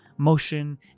motion